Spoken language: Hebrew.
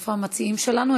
איפה המציעים שלנו?